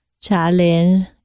challenge